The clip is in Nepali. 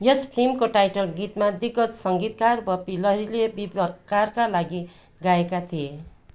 यस फिल्मको टाइटल गीतमा दिग्गज सङ्गीतकार बप्पी लहिरीले बिबकारका लागि गाएका थिए